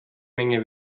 menge